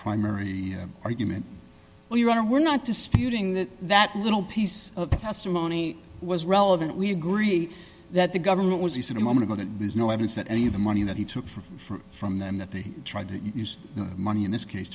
primary argument where you are we're not disputing that that little piece of the testimony was relevant we agree that the government was he said a moment ago that bizz no evidence that any of the money that he took from from them that they tried to use the money in this case